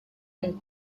and